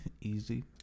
Easy